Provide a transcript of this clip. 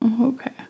okay